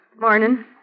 Morning